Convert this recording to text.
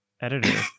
editor